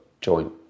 joint